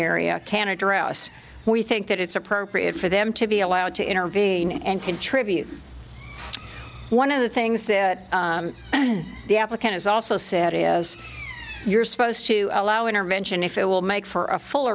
address we think that it's appropriate for them to be allowed to intervene and contribute one of the things that the applicant has also said is you're supposed to allow intervention if it will make for a full